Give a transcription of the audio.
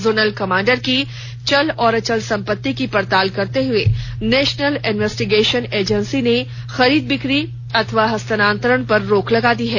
zonal commander की चल और अचल संपत्ति की पड़ताल करते हुए नेशनल इन्वेस्टिगेशन एजेंसी ने खरीद बिक्री अथवा हस्तारण पर रोक लगा दी है